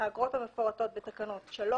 התשל"ז-1977 (להלן,